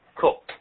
cool